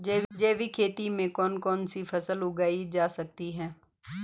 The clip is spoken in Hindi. जैविक खेती में कौन कौन सी फसल उगाई जा सकती है?